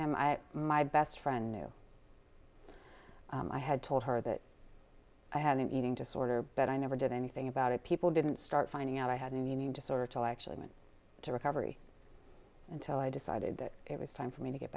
him my best friend knew i had told her that i had an eating disorder but i never did anything about it people didn't start finding out i had a new disorder till i actually went to recovery until i decided that it was time for me to get